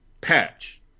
patch